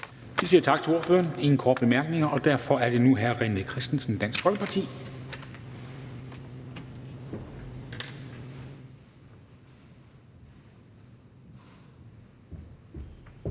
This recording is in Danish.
Vi siger tak til ordføreren. Der er ingen korte bemærkninger. Derfor er det nu hr. René Christensen, Dansk Folkeparti.